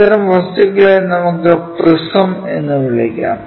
അത്തരം വസ്തുക്കളെ നമുക്ക് പ്രിസം എന്ന് വിളിക്കാം